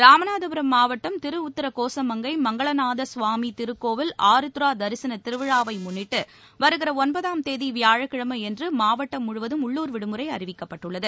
ராமநாதபுரம் மாவட்டம் திருஉத்திரகோசமங்கை மங்களநாத சுவாமி திருக்கோவில் ஆருத்ரா தரிசன திருவிழாவை முன்னிட்டு வருகிற ஒன்பதாம் தேதி வியாழக்கிழமையன்று மாவட்டம் முழுவதும் உள்ளூர் விடுமுறை அறிவிக்கப்பட்டுள்ளது